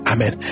Amen